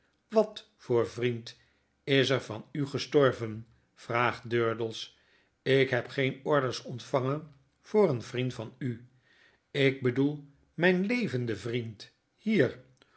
wat voor vriend is er van u gestorven vraagt durdels ik heb geen orders ontvangen voor een vriend van u ik bedoel myn levenden vriend hier